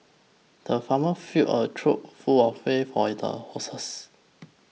the farmer filled a trough full of hay for his a horses